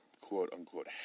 quote-unquote